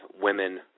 women